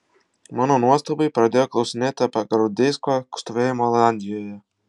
mano nuostabai pradėjo klausinėti apie gvardeisko stovėjimą olandijoje